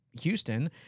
Houston